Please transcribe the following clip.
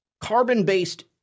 carbon-based